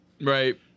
Right